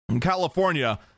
California